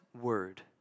word